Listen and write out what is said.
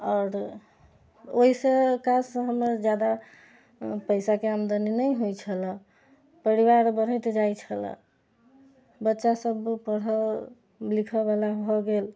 आओर ओइसँ काजसँ हमर जादा पैसाके आमदनी नहि होइ छलऽ परिवार बढ़ैत जाइ छलऽ बच्चा सब बहुत पढ़ै लिखैवला भऽ गेल